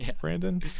Brandon